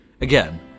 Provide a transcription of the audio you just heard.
Again